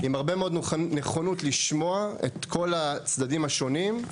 עם הרבה מאוד נכונות לשמוע את כל הצדדים השונים.